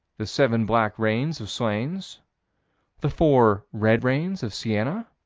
the seven black rains of slains the four red rains of siena.